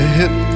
hit